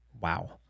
Wow